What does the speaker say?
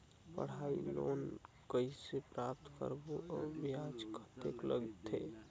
पढ़ाई लोन कइसे प्राप्त करबो अउ ब्याज कतेक लगथे?